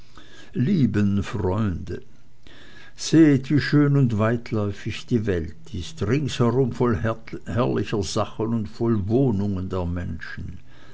lieben freunde sehet wie schön und weitläufig die welt ist ringsherum voll herrlicher sachen und voll wohnungen der menschen